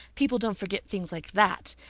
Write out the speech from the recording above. people don't forget things like that.